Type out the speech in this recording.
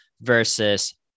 versus